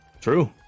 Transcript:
True